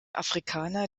afrikaner